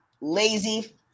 lazy